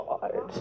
God